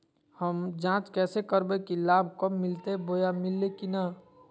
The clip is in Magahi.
हम जांच कैसे करबे की लाभ कब मिलते बोया मिल्ले की न?